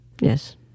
Yes